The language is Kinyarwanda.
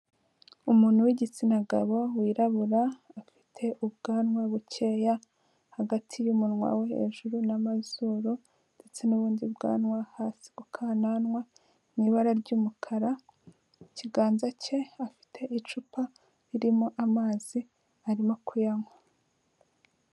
Umuntu w'igitsina gabo wirabura, afite ubwanwa bukeya hagati y'umunwa wo hejuru n'amazuru ndetse n'ubundi bwanwa hasi ku kananwa ni ibara ry'umukara, mu kiganza cye afite icupa ririmo amazi arimo kuyanywa.